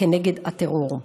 כנגד הטרור.